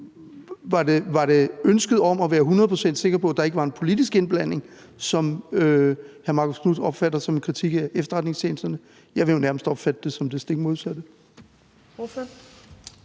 var det ønsket om at være hundrede procent sikker på, at der ikke var en politisk indblanding, som hr. Marcus Knuth opfatter som en kritik af efterretningstjenesterne? Jeg vil jo nærmest opfatte det som det stik modsatte.